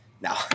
now